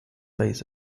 lies